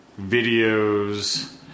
videos